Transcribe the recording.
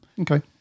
Okay